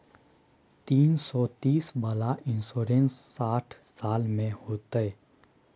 तीन सौ तीस वाला इन्सुरेंस साठ साल में होतै?